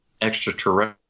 extraterrestrial